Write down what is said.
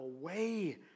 away